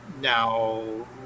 now